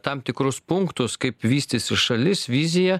tam tikrus punktus kaip vystysis šalis vizija